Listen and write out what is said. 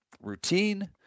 routine